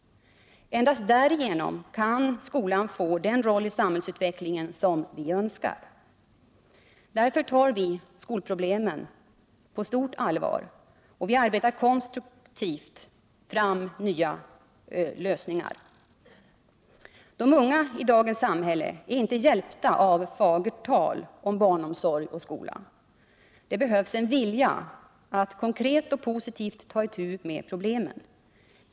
Endast därigenom kan skolan få den roll i samhällsutvecklingen som vi önskar. Därför tar vi skolproblemen på stort allvar, och vi arbetar konstruktivt fram nya lösningar. De unga i dagens samhälle är inte hjälpta av fagert tal om barnomsorg och skola. Det behövs en vilja att konkret och positivt ta itu med problemen.